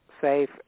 safe